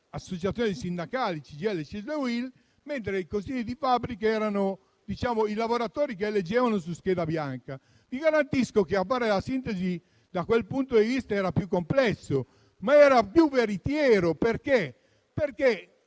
associazioni sindacali, CGIL, CISL e UIL, mentre i consigli di fabbrica erano eletti dai lavoratori su scheda bianca. Vi garantisco che fare la sintesi da quel punto di vista era più complesso, ma era più veritiero.